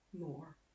more